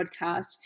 podcast